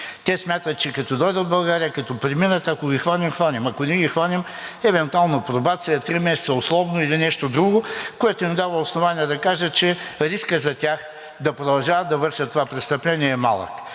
Те смятат, че като дойдат в България, като преминат, ако ги хванем – хванем, ако не ги хванем – евентуално пробация, три месеца условно или нещо друго, което им дава основание да кажат, че рискът за тях да продължават да вършат това престъпление е малък.